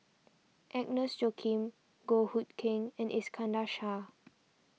Agnes Joaquim Goh Hood Keng and Iskandar Shah